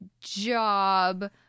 job